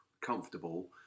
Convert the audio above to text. comfortable